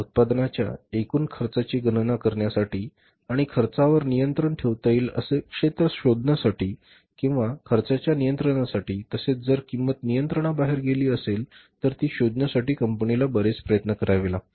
उत्पादनाच्या एकूण खर्चाची गणना करण्यासाठी आणि खर्चावर नियंत्रण ठेवता येईल असे क्षेत्र शोधण्यासाठी किंवा खर्चाच्या नियंत्रणासाठी तसेच जर किंमत नियंत्रणाबाहेर गेली असेल तर ती शोधण्यासाठी कंपनीला बरेच प्रयत्न करावे लागतील